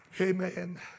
amen